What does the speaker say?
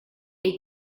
est